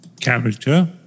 character